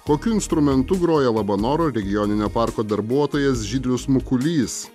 kokiu instrumentu groja labanoro regioninio parko darbuotojas žydrius mukulys